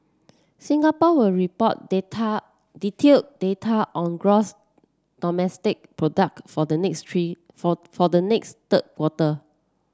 Singapore will report data detailed data on gross domestic product for the next tree for for the next third quarter